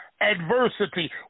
adversity